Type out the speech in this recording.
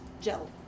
gel